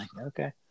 Okay